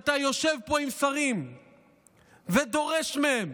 אתה יושב פה עם שרים ודורש מהם